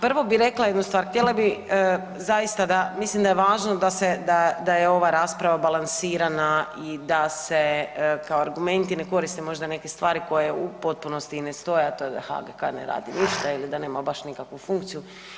Prvo bih rekla jednu stvar, htjela bih zaista da, mislim da je važno da je ova rasprava balansirana i da se kao argumenti ne koriste možda neke stvari koje u potpunosti i ne stoje, a to je da HGK ne radi ništa ili da nema baš nikakvu funkciju.